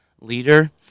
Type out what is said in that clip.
leader